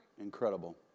incredible